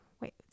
wait